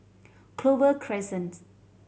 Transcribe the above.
Clover Crescent